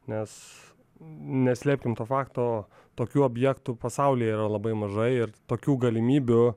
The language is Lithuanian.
nes neslėpkim to fakto tokių objektų pasaulyje yra labai mažai ir tokių galimybių